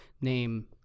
name